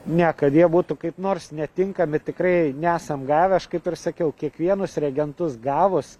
ne kad jie būtų kaip nors netinkami tikrai nesam gavę aš kaip ir sakiau kiekvienus reagentus gavus